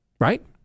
right